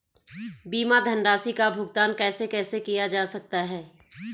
बीमा धनराशि का भुगतान कैसे कैसे किया जा सकता है?